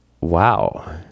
Wow